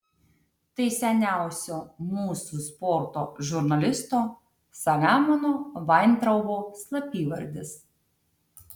tai seniausio mūsų sporto žurnalisto saliamono vaintraubo slapyvardis